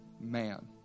man